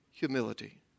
Humility